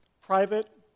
private